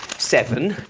seven,